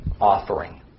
offering